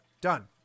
Done